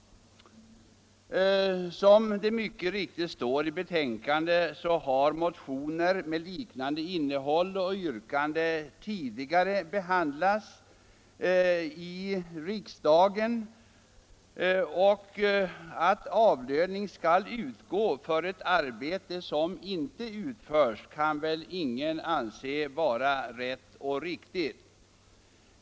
Som det mycket riktigt står i inrikesutskottets betänkande nr 9 har motioner med liknande innehåll och yrkande tidigare behandlats i riksdagen. Att avlöning skall utgå för ett arbete som inte utförs kan väl ingen anse vara rätt och riktigt.